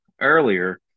earlier